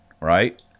Right